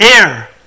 air